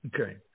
Okay